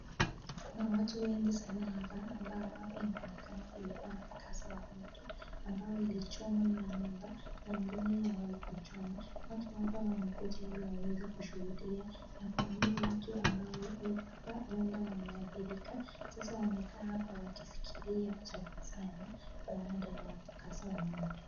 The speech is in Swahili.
Kuna watu wengi sana hapa ambao hapa inaonekana kulikuwa na mkasa wa moto ambao ulichoma manyumba na ingine haikuwahi kuchoma. Watu hapa wamekuja ili waweze kushuhudia na kuna hawa watu ambao hapa huenda wameathirika. Sasa wamekaa hapa wakifikiria cha kufanya baada ya mkasa wa moto.